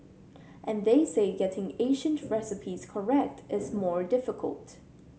and they say getting Asian recipes correct is more difficult